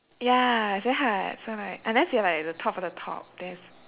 ya it's very hard so like unless you're like the top of the top there's